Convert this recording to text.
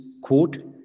Quote